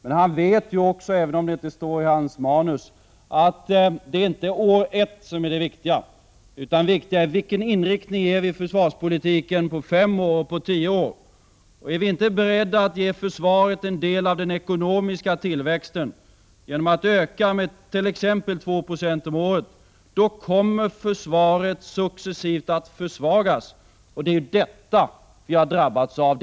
Men han vet ju också, även om det inte står i hans manus, att det inte är år 1 som är det viktiga utan vilken inriktning vi ger försvarspolitiken på fem år och på tio år. Är vi inte beredda att ge försvaret en del av den ekonomiska tillväxten genom att öka anslagen med t.ex. 2 Jo om året, kommer försvaret successivt att försvagas. Det är ju detta som vi har drabbats av.